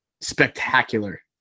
Spectacular